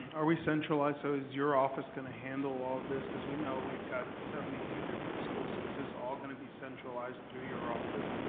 are we centralized? so is your office gonna handle all of this? cause we know we've got seventy two different schools, so is this all gonna be centralized through your office?